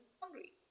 hungry